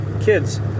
kids